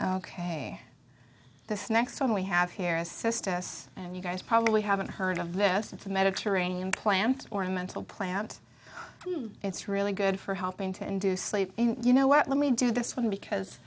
ok this next one we have here assist us and you guys probably haven't heard of this of the mediterranean plant ornamental plant it's really good for helping to induce sleep you know what let me do this one because